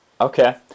Okay